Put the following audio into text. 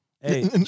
hey